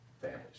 families